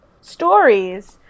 stories